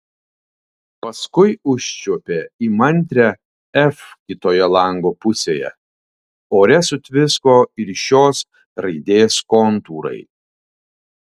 paskui užčiuopė įmantrią f kitoje lango pusėje ore sutvisko ir šios raidės kontūrai